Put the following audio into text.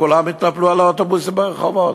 וכולם התנפלו על האוטובוסים ברחובות,